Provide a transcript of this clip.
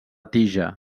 tija